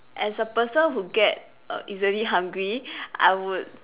as a person who get err easily hungry I would